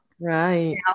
right